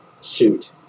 suit